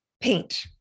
paint